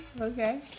okay